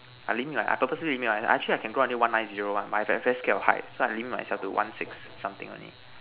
I limit myself I purposely limit myself actually I can go until one nine zero one but I'm I'm very scared of heights so I limit myself to one six something only